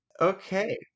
okay